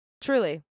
Truly